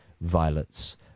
violets